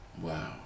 Wow